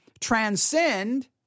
transcend